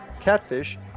catfish